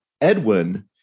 Edwin